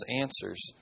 answers